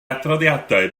adroddiadau